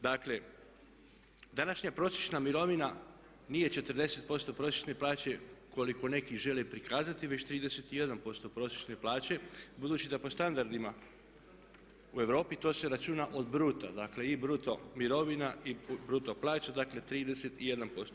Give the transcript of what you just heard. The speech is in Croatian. Dakle, današnja prosječna mirovina nije 40% prosječne plaće koliko neki žele prikazati već 31% prosječne plaće budući da po standardima u Europi to se računa od bruto, dakle i bruto mirovina i bruto plaća, dakle 31%